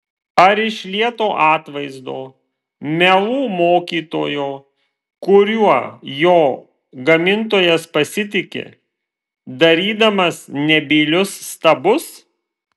ar iš lieto atvaizdo melų mokytojo kuriuo jo gamintojas pasitiki darydamas nebylius stabus